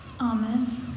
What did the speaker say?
Amen